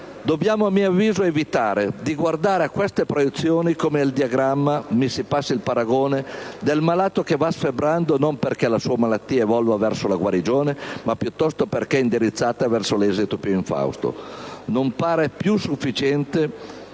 dobbiamo, a mio avviso, evitare di guardare a queste proiezioni come al diagramma - mi si passi il paragone - del malato che va sfebbrando, non perché la sua malattia evolva verso la guarigione ma piuttosto perché è indirizzata verso l'esito più infausto! Non pare più sufficiente,